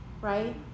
right